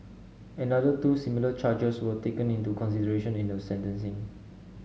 another two similar charges were taken into consideration in the sentencing